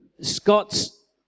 Scott's